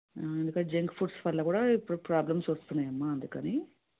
అందుకే junk foods వల్ల కూడా ఇప్పుడు ప్రాబ్లమ్స్ వస్తున్నాయి అమ్మ అందుకని